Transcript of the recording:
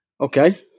Okay